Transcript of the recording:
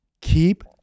keep